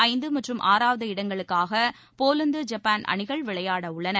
ஐந்து மற்றும் ஆறாவது இடங்களுக்காக போலந்து ஜப்பாள் அணிகள் விளையாடவுள்ளன